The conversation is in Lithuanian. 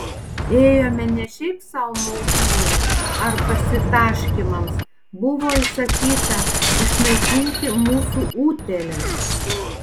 ėjome ne šiaip sau maudynei ar pasitaškymams buvo įsakyta išnaikinti mūsų utėles